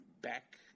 back